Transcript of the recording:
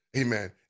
amen